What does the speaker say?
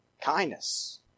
Kindness